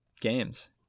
Games